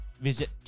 Visit